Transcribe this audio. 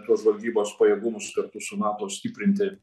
tuos žvalgybos pajėgumus kartu su nato stiprinti